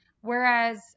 whereas